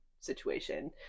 situation